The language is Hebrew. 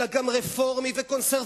אלא גם רפורמי או קונסרבטיבי,